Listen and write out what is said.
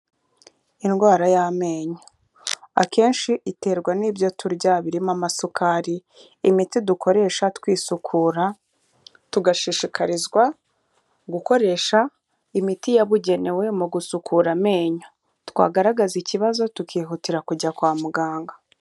Indwara y'amenyo. Akenshi iterwa n'ibyo turya birimo amasukari, imiti dukoresha twisukura, tugashishikarizwa gukoresha imiti yabugenewe mu gusukura amenyo. Twagaragaza ikibazo tukihutira kujya kwa muganga.